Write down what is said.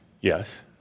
Yes